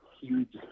huge